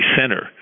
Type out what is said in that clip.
center